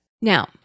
Now